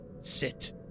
sit